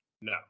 No